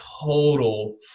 total